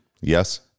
Yes